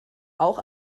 auch